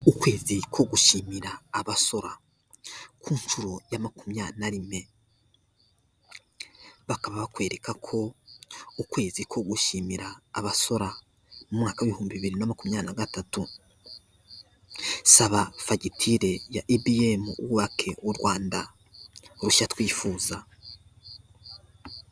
Ukwezi ko gushimira abasora ku nshuro ya makumyabiri rimwe, bakaba bakwereka ko ukwezi ko gushimira abasora mu umwaka w' ibihumbi bibiri na makumyabiri na gatatu, saba fagitire ya ebiyemu wubake u Rwanda rushya twifuza.